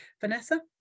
Vanessa